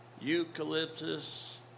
eucalyptus